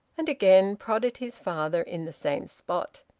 and again prodded his father in the same spot.